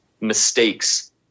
mistakes